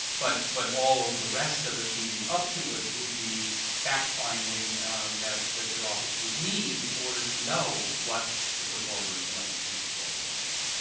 but but all of the rest of it leading up to it would be fact-finding that that the office would need in order to know what to put forward in ah in a proposed rulemaking.